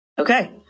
Okay